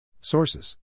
Sources